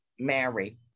mary